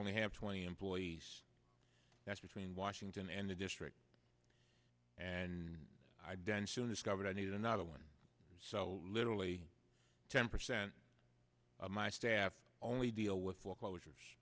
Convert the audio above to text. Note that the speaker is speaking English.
only have twenty employees that's between washington and the district and identity as governor i need another one so literally ten percent of my staff only deal with foreclosures